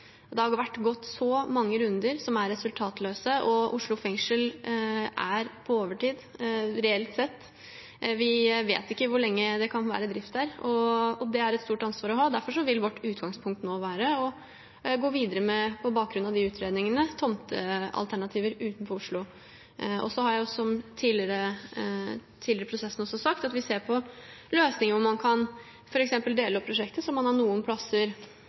Det har blitt gått så mange runder som er resultatløse, og Oslo fengsel er på overtid, reelt sett. Vi vet ikke hvor lenge det kan være drift der, og det er et stort ansvar å ha. Derfor vil vårt utgangspunkt nå være å gå videre – på bakgrunn av de utredningene – med tomtealternativer utenfor Oslo. Jeg har tidligere i prosessen sagt at vi også ser på løsninger med at man f.eks. kan dele opp prosjektet, slik at man har noen plasser